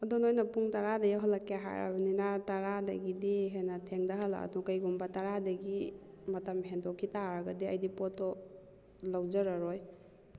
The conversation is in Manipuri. ꯑꯗꯣ ꯅꯣꯏꯅ ꯄꯨꯡ ꯇꯔꯥꯗ ꯌꯧꯍꯟꯂꯛꯀꯦ ꯍꯥꯏꯔꯕꯅꯤꯅ ꯇꯔꯥꯗꯒꯤꯗꯤ ꯍꯦꯟꯅ ꯊꯦꯡꯗꯍꯟꯂꯅꯨ ꯀꯔꯤꯒꯨꯝꯕ ꯇꯔꯥꯗꯒꯤ ꯃꯇꯝ ꯍꯦꯟꯗꯣꯛꯈꯤ ꯇꯥꯔꯗꯤ ꯑꯩꯗꯤ ꯄꯣꯠꯇꯣ ꯂꯧꯖꯔꯔꯣꯏ